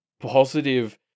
positive